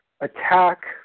attack